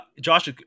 Josh